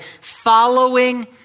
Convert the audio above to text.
following